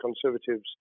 Conservatives